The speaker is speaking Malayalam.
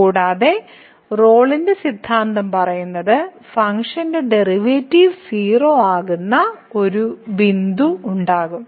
കൂടാതെ റോളിന്റെ സിദ്ധാന്തം പറയുന്നത് ഫംഗ്ഷന്റെ ഡെറിവേറ്റീവ് 0 ആകുന്ന ഒരു ബിന്ദു ഉണ്ടാകും